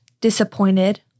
disappointed